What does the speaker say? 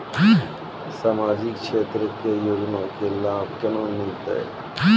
समाजिक क्षेत्र के योजना के लाभ केना मिलतै?